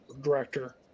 director